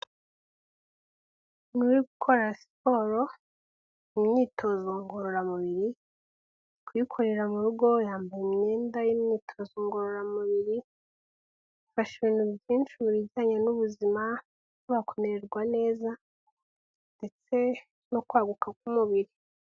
Umuntu uri gukora siporo, imyitozo ngororamubiri, arikuyikorera mu rugo yambaye imyenda y'imyitozo ngororamubiri ifasha ibintu byinshi mu bijyanye n'ubuzima no kumererwa neza ndetse no kwaguka k'umubiri.